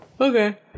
Okay